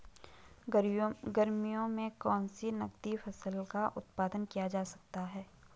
गर्मियों में कौन सी नगदी फसल का उत्पादन किया जा सकता है?